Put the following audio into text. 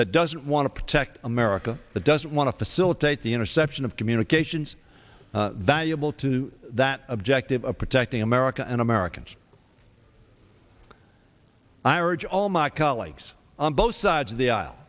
that doesn't want to protect america that doesn't want to facilitate the interception of communications valuable to that objective of protecting america and americans i urge all my colleagues on both sides of the aisl